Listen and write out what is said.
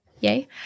yay